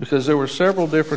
because there were several different